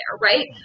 right